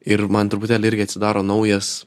ir man truputėlį irgi atsidaro naujas